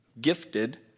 Gifted